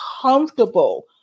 comfortable